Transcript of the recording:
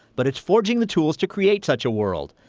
but it's forging the tools to create such a world.